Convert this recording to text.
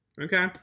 okay